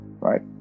right